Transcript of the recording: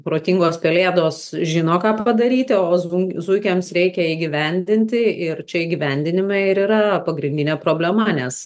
protingos pelėdos žino ką padaryti o zvun zuikiams reikia įgyvendinti ir čia įgyvendinime ir yra pagrindinė problema nes